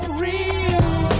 real